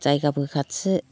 जायगाबो खाथि